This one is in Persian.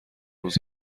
روز